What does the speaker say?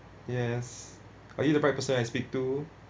yes are you the right person I speak to